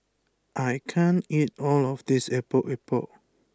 I can't eat all of this Epok Epok